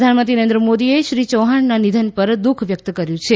પ્રધાનમંત્રી નરેન્સ મોદીએ શ્રી ચૌહાણના નિધન પર દુઃખ વ્યક્ત કર્યું છે